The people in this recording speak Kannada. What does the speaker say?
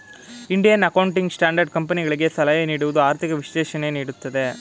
ಇಂಡಿಯನ್ ಅಕೌಂಟಿಂಗ್ ಸ್ಟ್ಯಾಂಡರ್ಡ್ ಕಂಪನಿಗಳಿಗೆ ಸಲಹೆ ನೀಡುವುದು, ಆರ್ಥಿಕ ವಿಶ್ಲೇಷಣೆ ನೀಡುತ್ತದೆ